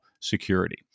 security